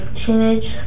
teenage